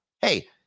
Hey